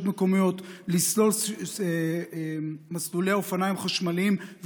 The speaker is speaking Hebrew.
מקומיות לסלול מסלולי אופניים חשמליים,